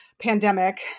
pandemic